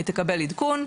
היא תקבל עדכון.